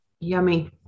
Yummy